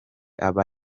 aba